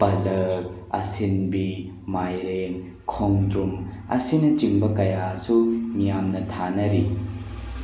ꯄꯂꯛ ꯑꯁꯤꯟꯕꯤ ꯃꯥꯏꯔꯦꯟ ꯈꯣꯡꯗ꯭ꯔꯨꯝ ꯑꯁꯤꯅꯆꯤꯡꯕ ꯀꯌꯥꯁꯨ ꯃꯤꯌꯥꯝꯅ ꯊꯥꯅꯔꯤ